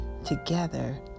Together